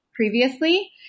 Previously